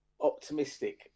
optimistic